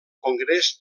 congrés